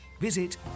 Visit